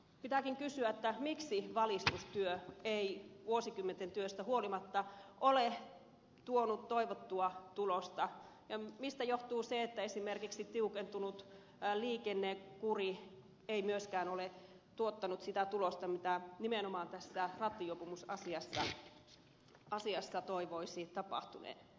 pitääkin kysyä miksi valistustyö ei vuosikymmenten työstä huolimatta ole tuonut toivottua tulosta ja mistä johtuu se että esimerkiksi tiukentunut liikennekuri ei myöskään ole tuottanut sitä tulosta mitä nimenomaan tässä rattijuopumusasiassa toivoisi tapahtuneen